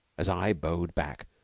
as i bowed back,